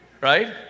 Right